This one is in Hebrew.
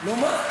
מה?